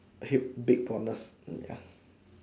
hit big bonus mm ya